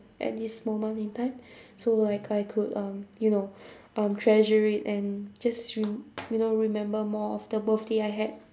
at this moment in time so like I could um you know um treasure it and just rem~ you know remember more of the birthday I had